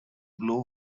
blue